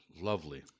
lovely